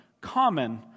common